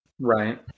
Right